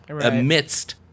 amidst